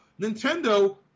Nintendo